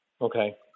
Okay